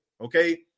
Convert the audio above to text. okay